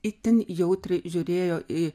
itin jautriai žiūrėjo į